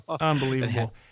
Unbelievable